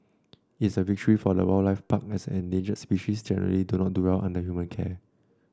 it is a victory for the wildlife park as the endangered species generally do not do well under human care